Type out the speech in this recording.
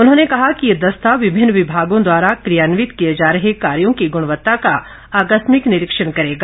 उन्होंने कहा कि ये दस्ता विभिन्न विभागों द्वारा कियान्वित किए जा रहे कार्यो की गृणवत्ता का आकस्मिक निरीक्षण करेगा